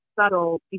subtle